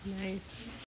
Nice